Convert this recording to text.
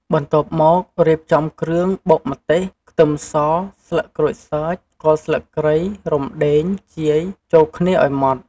បន្ទាប់មក រៀបចំគ្រឿង បុកម្ទេស ខ្ទឹមស ស្លឹកក្រូចសើច គល់ស្លឹកគ្រៃ រំដេង ខ្ជាយ ចូលគ្នាឱ្យម៉ដ្ឋ។